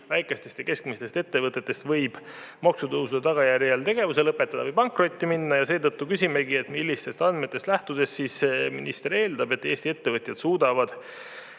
väikestest ja keskmistest ettevõtetest võib maksutõusude tagajärjel tegevuse lõpetada või pankrotti minna. Seetõttu küsimegi, millistest andmetest lähtudes minister eeldab, et Eesti ettevõtjad suudavad